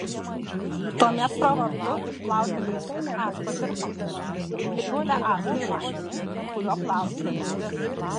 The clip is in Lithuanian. tuomet pravartu išplauti grindis acto tirpalu įpilkite acto į vandenį kuriuo plausite grindis